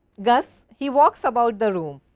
gus he walks about the room,